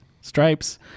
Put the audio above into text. Stripes